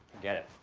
forget it.